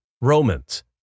Romans